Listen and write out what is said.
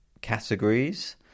categories